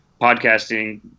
podcasting